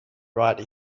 write